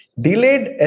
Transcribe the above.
delayed